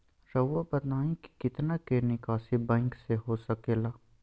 रहुआ बताइं कि कितना के निकासी बैंक से हो सके ला?